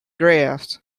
graphs